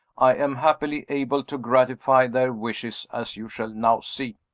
i am happily able to gratify their wishes, as you shall now see.